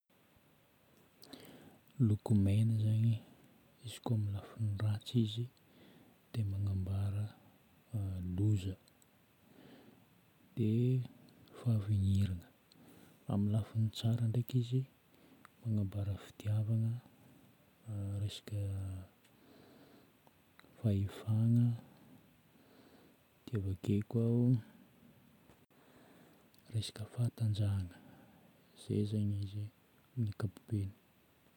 Loko megna zagny, izy koa amin'ny lafiny ratsy izy dia magnambara ny loza, dia fahavignirana. Amin'ny lafiny tsara ndraiky izy, magnambara fitiavagna, resaka fahefagna dia vake koa, resaka fahatanjahagna. Zay zagny izy amin'ny ankapobeny.